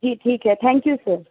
جی ٹھیک ہے thank you sir